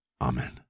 Amen